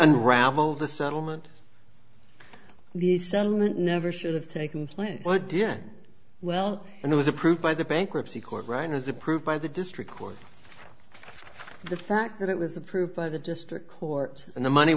unravel the settlement the settlement never should have taken place but did well and was approved by the bankruptcy court right as approved by the district court the fact that it was approved by the district court and the money